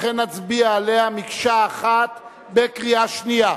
לכן נצביע עליה מקשה אחת בקריאה שנייה.